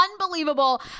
unbelievable